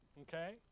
Okay